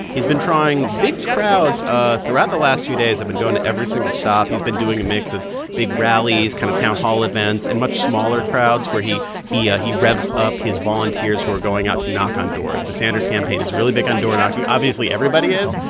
he's been drawing big crowds ah throughout the last few days. i've been going to every single stop. he's been doing a mix of big rallies, kind of town hall events and much smaller crowds where he he ah revs up his volunteers who are going out to knock on doors. the sanders campaign is really big on door-knocking. obviously, everybody is,